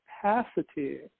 capacity